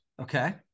Okay